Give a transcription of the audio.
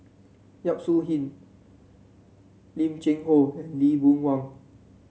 Yap Su Yin Lim Cheng Hoe and Lee Boon Wang